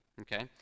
okay